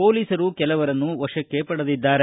ಪೊಲೀಸರು ಕೆಲವರನ್ನು ವಶಕ್ಕೆ ಪಡೆದಿದ್ದಾರೆ